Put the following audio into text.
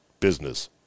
Business